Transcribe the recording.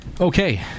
Okay